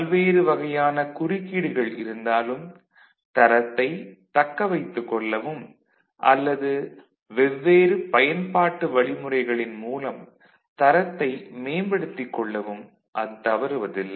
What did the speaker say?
பல்வேறு வகையான குறுக்கீடுகள் இருந்தாலும் தரத்தை தக்கவைத்துக்கொள்ளவும் அல்லது வெவ்வேறு பயன்பாட்டு வழிமுறைகளின் மூலம் தரத்தை மேம்படுத்திக்கொள்ளவும் அது தவறுவதில்லை